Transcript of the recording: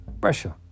pressure